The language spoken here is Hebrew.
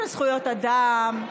של זכויות אדם,